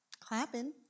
clapping